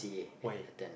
why